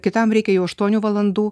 kitam reikia jau aštuonių valandų